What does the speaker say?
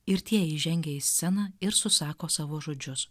ir tie įžengia į sceną ir susako savo žodžius